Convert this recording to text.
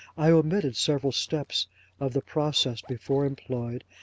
i omitted several steps of the process before employed,